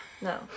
No